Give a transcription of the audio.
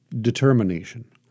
determination